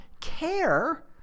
care